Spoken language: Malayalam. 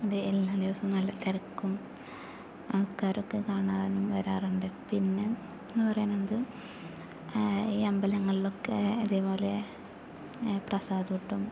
ഇത് എല്ലാ ദിവസവും നല്ല തിരക്കും ആൾക്കാരൊക്കെ കാണാനും വരാറുണ്ട് പിന്നെ എന്ന് പറയണത് ഈ അമ്പലങ്ങളിലൊക്കെ ഇതേപോലെ പ്രസാദ ഊട്ടും